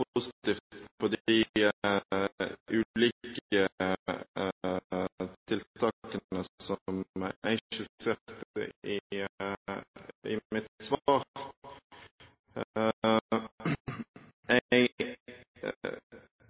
positivt på de ulike tiltakene som jeg skisserte i mitt svar.